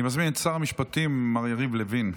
אני מזמין את שר המשפטים מר יריב לוין.